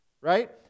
right